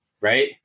right